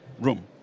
room